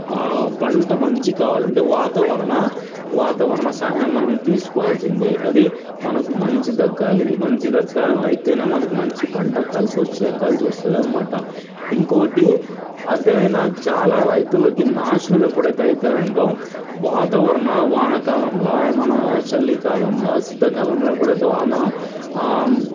పంట మంచి కావాలంటే వాతావరణ వాతావరణ సహాయం మనం తీసుకోవాల్సిందే అది మనకు మంచి దక్కాలి మంచి దక్కి అయితేనే మనకి మంచి పంట కలిసి వస్తుంది కలిసి వస్తుంది అన్నమాట ఇంకొకటి అది ఏమైనా చాలా రైతులకి నాశనం ఎప్పుడైతే అవుతుందంటే వాతావరణ వానాకాలంలో మన చలికాలంలో శీతాకాలంలో ఎప్పుడైతే వాన